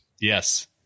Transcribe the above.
yes